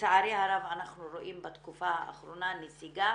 לצערי הרב, אנחנו רואים בתקופה האחרונה נסיגה